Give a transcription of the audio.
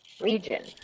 Region